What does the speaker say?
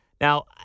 Now